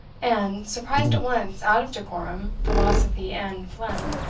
and, surprised at once out of decorum, philosophy, and phlegm,